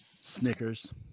Snickers